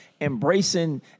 embracing